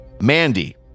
Mandy